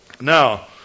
Now